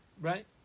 Right